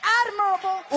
admirable